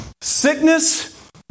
sickness